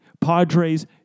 Padres